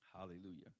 Hallelujah